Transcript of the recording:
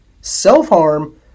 self-harm